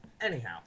Anyhow